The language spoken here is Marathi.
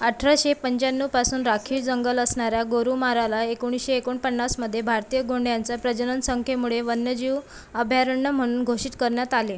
अठराशे पंच्याण्णवपासून राखीव जंगल असणाऱ्या गोरुमाराला एकोणीसशे एकोणपन्नासमध्ये भारतीय गोंड्यांच्या प्रजननसंख्येमुळे वन्यजीव अभयारण्य म्हणून घोषित करण्यात आले